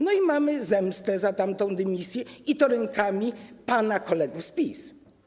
No i mamy zemstę za tamtą dymisję, i to rękami pana kolegów z PiS.